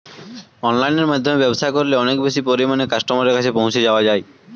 অনলাইনের মাধ্যমে ব্যবসা করলে অনেক বেশি পরিমাণে কাস্টমারের কাছে পৌঁছে যাওয়া যায়?